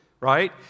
right